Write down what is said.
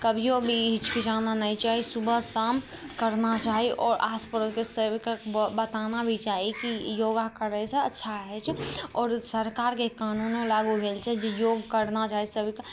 कभियो भी हिचकिचाना नहि चाही सुबह शाम करना चाही आओर आस पड़ोसके सभके बताना भी चाही कि योगा करै सँ अच्छा होइ छै आओर सरकारके कानूनो लागू भेल छै जे योग करना चाही सभके